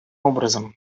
образом